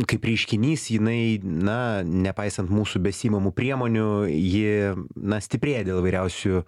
kaip reiškinys jinai na nepaisant mūsų besiimamų priemonių ji na stiprėja dėl įvairiausių